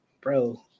bro